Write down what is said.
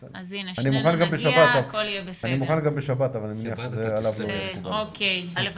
אני מוכן גם בשבת אבל אני מניח שעליו זה לא יהיה מקובל.